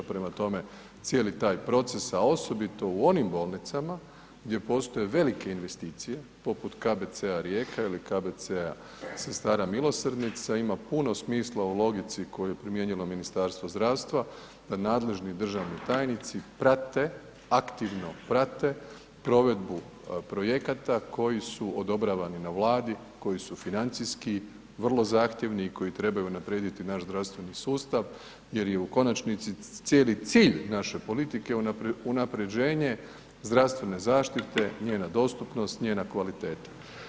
Prema tome, cijeli taj proces, a osobito u onim bolnicama gdje postoje velike investicije poput KBC-a Rijeka ili KBC-a Sestara milosrdnica ima puno smisla u logici koju je primijenilo Ministarstvo zdravstvo, nadležni državni tajnici prate aktivno prate provedbu projekata koji su odobravani na Vladi, koji su financijski vrlo zahtjevni i koji trebaju unaprijediti naš zdravstveni sustav jer je u konačnici cijeli cilj naše politike unapređenje zdravstvene zaštite, njena dostupnost, njena kvaliteta.